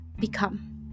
become